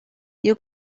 you